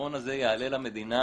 הפתרון הזה יעלה למדינה